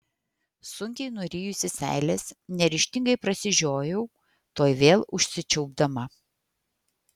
sunkiai nurijusi seiles neryžtingai prasižiojau tuoj vėl užsičiaupdama